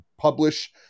publish